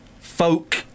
Folk